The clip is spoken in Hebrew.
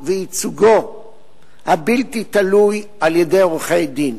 ובייצוגו הבלתי-תלוי על-ידי עורכי-דין.